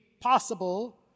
possible